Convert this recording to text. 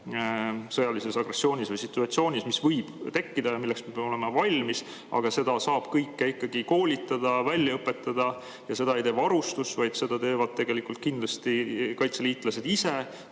sõjalise agressiooni või situatsiooni puhul, mis võib tekkida ja milleks me peame valmis olema. Aga saab ikkagi koolitada, välja õpetada. Seda ei tee varustus, vaid seda teevad kindlasti kaitseliitlased ise,